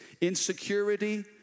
Insecurity